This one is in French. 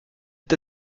est